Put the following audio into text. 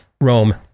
Rome